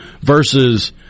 versus